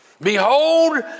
Behold